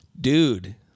Dude